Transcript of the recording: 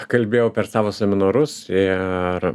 kalbėjau per savo seminarus ir